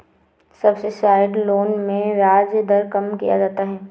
subsidised loan में ब्याज दर कम किया जाता है